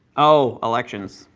oh, elections,